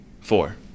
Four